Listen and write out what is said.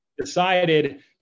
decided